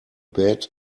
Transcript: bad